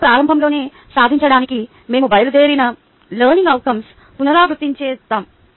session ప్రారంభంలో సాధించడానికి మేము బయలుదేరిన లెర్నింగ్ అవుట్కంస్ పునరావృతం చేద్దాం